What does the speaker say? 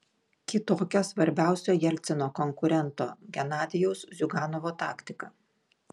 kitokia svarbiausio jelcino konkurento genadijaus ziuganovo taktika